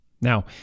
Now